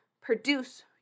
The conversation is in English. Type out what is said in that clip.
produce